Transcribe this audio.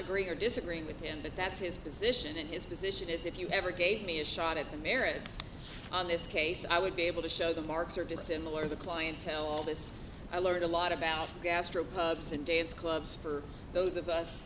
agreeing or disagreeing with him but that's his position and his position is if you ever gave me a shot at the merits on this case i would be able to show the marks are dissimilar the clientele all this i learned a lot about gastro pub sing dance clubs for those of